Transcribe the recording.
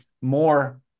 more